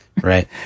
right